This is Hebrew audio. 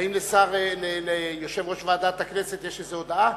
האם ליושב-ראש ועדת הכנסת יש איזו הודעה?